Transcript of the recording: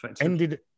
Ended